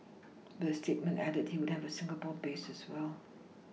but the statement added he would have a Singapore base as well